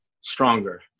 stronger